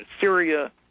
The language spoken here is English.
Syria